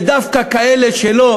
דווקא לאלה שלא